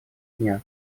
дня